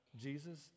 Jesus